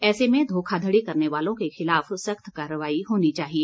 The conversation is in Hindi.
ऐसे में धोखाधड़ी करने वालों के खिलाफ सख्त कारवाई होने चाहिए